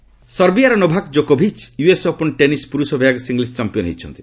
US open ସର୍ବିଆର Novak ଜୋକୋଭିଚ୍ US open tennis ପୁରୁଷ ବିଭାଗ ସିଙ୍ଗଲ୍ସ ଚାମ୍ପିୟନ ହୋଇଛନ୍ତି